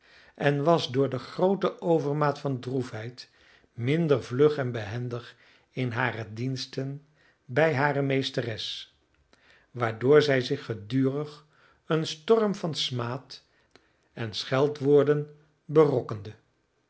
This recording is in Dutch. en was door de groote overmaat van droefheid minder vlug en behendig in hare diensten bij hare meesteres waardoor zij zich gedurig een storm van smaaden scheldwoorden berokkende